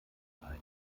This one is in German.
einem